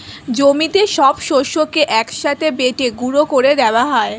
জমিতে সব শস্যকে এক সাথে বেটে গুঁড়ো করে দেওয়া হয়